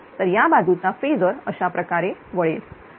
तर या बाजूचा फेजर अशाप्रकारे वळेल